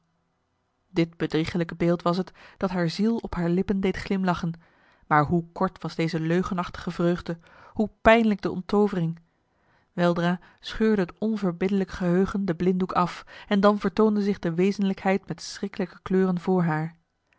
dit bedrieglijke beeld was het dat haar ziel op haar lippen deed glimlachen maar hoe kort was deze leugenachtige vreugde hoe pijnlijk de onttovering weldra scheurde het onverbiddelijk geheugen de blinddoek af en dan vertoonde zich de wezenlijkheid met schriklijke kleuren voor haar